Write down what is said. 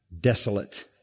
desolate